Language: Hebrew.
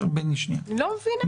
אני לא מבינה את זה.